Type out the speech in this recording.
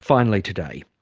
finally today,